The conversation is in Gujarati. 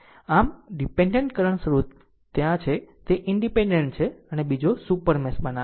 આમ ડીપેન્ડેન્ટ કરંટ સ્રોત ત્યાં છે તે ઇનડીપેનડેન્ટ છે જે બીજો સુપર મેશ બનાવે છે